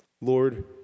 Lord